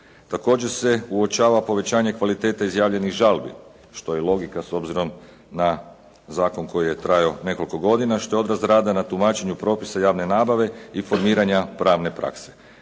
Također se uočava povećanje kvalitete izjavljenih žalbi što je i logika s obzirom na zakon koji je trajao nekoliko godina što je odraz rada na tumačenju propisa javne nabave i formiranja pravne prakse.